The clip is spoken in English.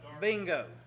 bingo